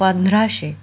पंधराशे